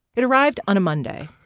it arrived on a monday.